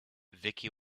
vicky